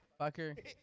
fucker